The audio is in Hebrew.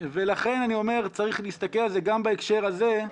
לכן אני אומר, צריך להסתכל על זה גם בהקשר הזה,